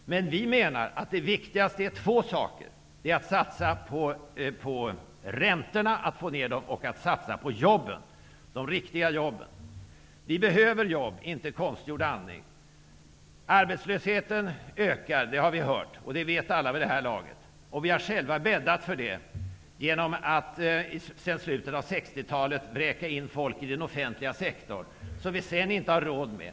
Vi menar att det viktigaste är två saker, nämligen att satsa på att få ned räntorna och att satsa på jobben, de riktiga jobben. Vi behöver jobb, inte konstgjord andning. Arbetslösheten ökar -- det har vi hört, och det vet alla vid det här laget. Vi har själva bäddat för det, genom att sedan slutet av 60-talet vräka in folk i den offentliga sektorn, som vi sedan inte har råd med.